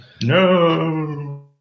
No